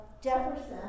Jefferson